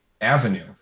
avenue